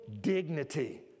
dignity